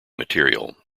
material